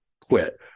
quit